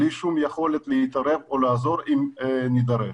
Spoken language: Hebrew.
בלי שום יכולת להתערב או לעזור אם נידרש.